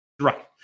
right